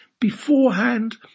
beforehand